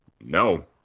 No